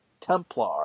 Templar